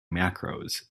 macros